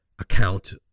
account